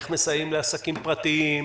איך מסייעים לעסקים פרטיים,